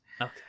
Okay